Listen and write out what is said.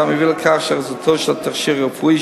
מביאה לכך שאריזתו של התכשיר הרפואי,